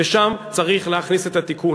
ושם צריך להכניס את התיקון.